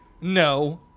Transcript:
No